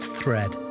thread